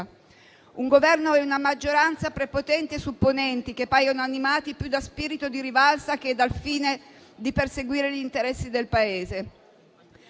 Un Governo e una maggioranza prepotenti e supponenti, che paiono animati più da spirito di rivalsa che dal fine di perseguire gli interessi del Paese.